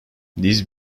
these